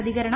പ്രതികരണം